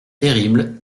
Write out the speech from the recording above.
terrible